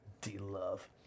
D-Love